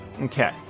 Okay